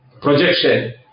projection